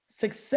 success